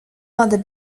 other